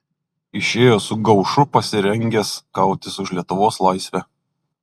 išėjo su gaušu pasirengęs kautis už lietuvos laisvę